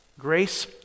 grace